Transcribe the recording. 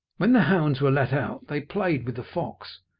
when the hounds were let out they played with the fox,